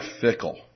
fickle